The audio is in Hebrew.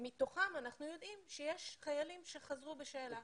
מתוכם, אנחנו יודעים, יש חיילים שחזרון בשאלה.